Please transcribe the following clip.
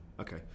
Okay